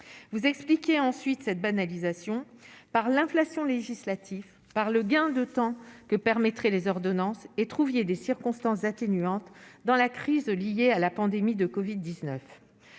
vous expliquer ensuite cette banalisation par l'inflation législative par le gain de temps que permettrait les ordonnances et trouviez des circonstances atténuantes dans la crise liée à la pandémie de Covid 19,